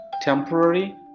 temporary